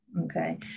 okay